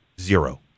zero